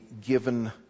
given